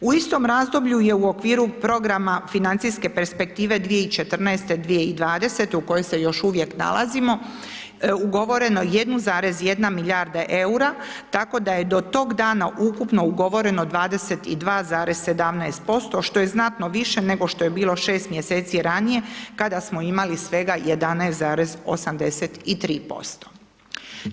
U istom razdoblju je u okviru programa financijske perspektive 2014.-2020. u kojoj se još uvijek nalazimo, ugovoreno 1,1 milijarda eura tako da je do tog dana ukupno ugovoreno 22,17% što je znatno više nego što je bilo 6 mj. ranije kada smo imali svega 11,83%